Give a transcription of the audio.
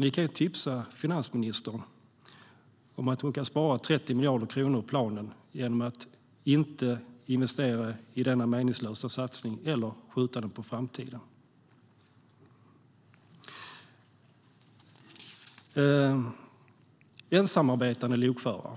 Ni kan tipsa finansministern om att hon kan spara 30 miljarder kronor i planen genom att inte investera i denna meningslösa satsning eller genom att skjuta den på framtiden. Jag ska nu tala om ensamarbetande lokförare.